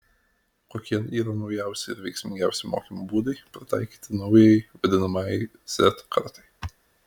kokie yra naujausi ir veiksmingiausi mokymo būdai pritaikyti naujajai vadinamajai z kartai